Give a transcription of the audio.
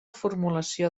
formulació